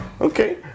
Okay